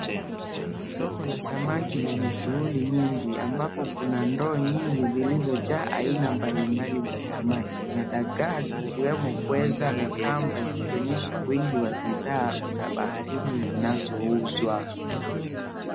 Soko la samaki, lenye shughuli nyingi. Ambapo kuna ndoo nyingi zilizojaa aina mbalimbali za samaki, na dagaa zikiwemo pweza na kamba. Zikionyesha wingi wa bidhaa za baharini zinazouzwa.